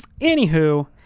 Anywho